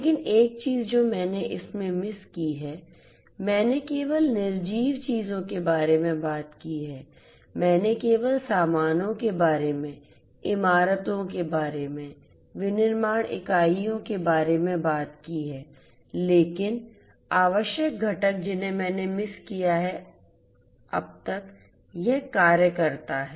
लेकिन एक चीज जो मैंने इसमें मिस की है मैंने केवल निर्जीव चीजों के बारे में बात की है मैंने केवल सामानों के बारे में इमारतों के बारे में विनिर्माण इकाइयों के बारे में बात की है लेकिन आवश्यक घटक जिन्हें मैंने मिस किया है अब तक यह कार्यकर्ता है